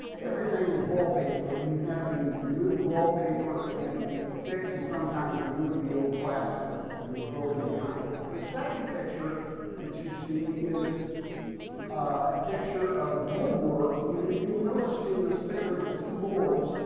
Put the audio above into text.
everything was wallpapered and you had to remove the wallpaper, and fix and sometimes remove the old plaster that was broken behind it. it. the second picture that you see is a picture of woodwork. and if you'll notice in the center the two boards.